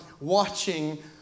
watching